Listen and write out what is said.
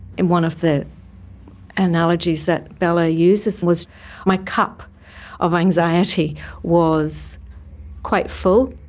and one of the analogies that bella used was my cup of anxiety was quite full,